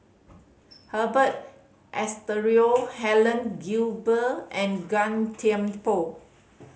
Herbert Eleuterio Helen Gilbey and Gan Thiam Poh